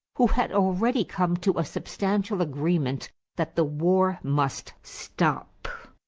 who had already come to a substantial agreement that the war must stop.